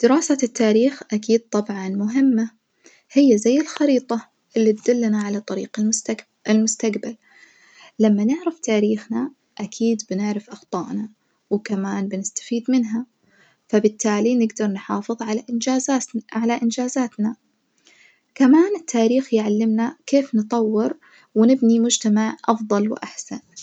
دراسة التاريخ أكيد طبعًا مهمة هي زي الخريطة اللي تدلنا على طريج المستجب المستجبل، لما نعرف تاريخنا أكيد بنعرف أخطائنا وكمان بنستفيد منها، فبالتالي نجدر نحافظ على إنجاززنا على إنجازاتنا، كمان التاريخ يعلمنا كيف نطور ونبني مجتمع أفظل وأحسن.